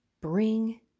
bring